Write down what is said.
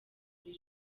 buri